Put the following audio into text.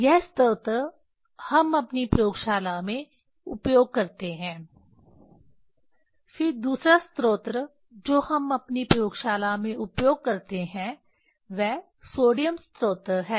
यह स्रोत हम अपनी प्रयोगशाला में उपयोग करते हैं फिर दूसरा स्रोत जो हम अपनी प्रयोगशाला में उपयोग करते हैं वह सोडियम स्रोत है